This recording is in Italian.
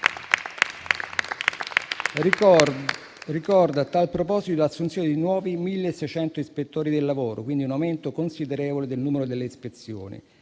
Ricordo a tal proposito l'assunzione di nuovi 1.600 ispettori del lavoro (quindi un aumento considerevole del numero delle ispezioni).